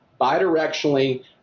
bidirectionally